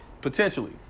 Potentially